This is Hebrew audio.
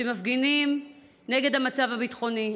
שמפגינים נגד המצב הביטחוני.